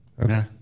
Okay